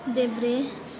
देब्रे